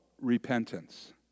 repentance